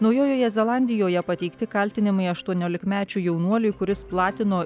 naujojoje zelandijoje pateikti kaltinimai aštuoniolikmečiui jaunuoliui kuris platino